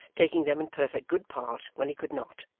taking them in perfect good part when he could not,